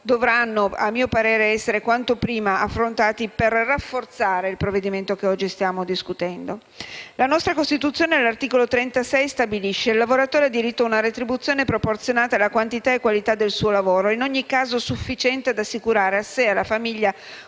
dovranno essere quanto prima affrontati proprio per rafforzare il provvedimento che oggi discutiamo. La nostra Costituzione, all'articolo 36, stabilisce che: «Il lavoratore ha diritto ad una retribuzione proporzionata alla quantità e qualità del suo lavoro e in ogni caso sufficiente ad assicurare a sé e alla famiglia